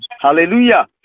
hallelujah